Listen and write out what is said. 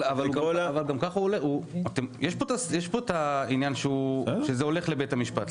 יש כאן את העניין שזה הולך לבית המשפט.